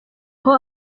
aho